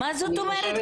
מה זאת אומרת?